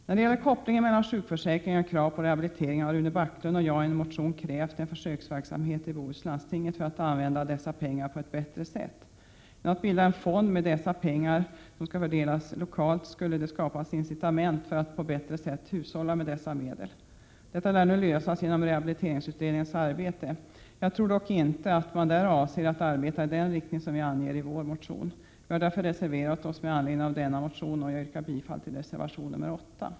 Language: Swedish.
När det gäller kopplingen mellan sjukförsäkringen och krav på rehabilitering har Rune Backlund och jag i en motion krävt en försöksverksamhet i Göteborgs och Bohus läns landsting för att använda dessa pengar på ett bättre sätt. Genom att bilda en fond med dessa pengar som skall fördelas lokalt skulle det skapas incitament för att på bättre sätt hushålla med dessa medel. Detta lär nu lösas genom rehabiliteringsutredningens arbete. Jag tror dock inte att man där avser att arbeta i den riktning som vi anger i vår motion. Vi har därför reserverat oss med anledning av denna motion, och jag yrkar bifall till reservation nr 8.